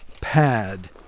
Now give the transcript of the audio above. pad